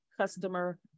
customer